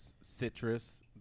citrus